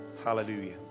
Hallelujah